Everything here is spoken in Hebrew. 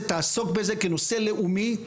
אז, בבקשה, מילה אחת